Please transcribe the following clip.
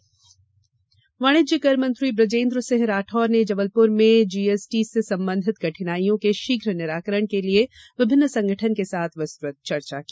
वाणिज्य कर मंत्री वाणिज्यिक कर मंत्री बुजेन्द्र सिंह राठौर ने जबलपुर में जीएसटी से संबंधित कठिनाइयों के शीघ्र निराकरण के लिए विभिन्न संगठन के साथ विस्तृत चर्चा की